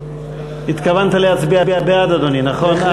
התכוונת להצביע בעד, אדוני, נכון?